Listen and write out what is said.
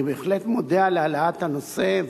אני בהחלט מודה על העלאת הנושא.